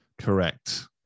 correct